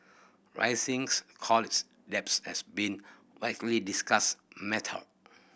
risings college debts has been widely discussed matter